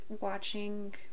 watching